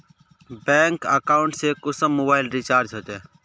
Bank account से कुंसम mobile recharge होचे?